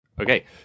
okay